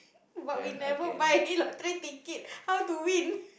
but we never buy any lottery ticket how to win